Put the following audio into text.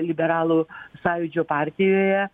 liberalų sąjūdžio partijoje